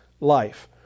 life